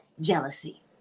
jealousy